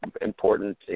important